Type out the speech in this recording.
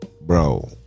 bro